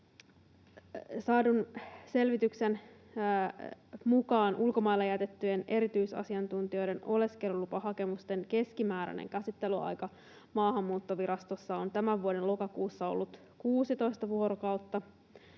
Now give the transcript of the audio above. Saadun selvityksen mukaan ulkomailla jätettyjen erityisasiantuntijoiden oleskelulupahakemusten keskimääräinen käsittelyaika Maahanmuuttovirastossa on tämän vuoden lokakuussa ollut 16 vuorokautta